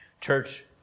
Church